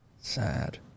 sad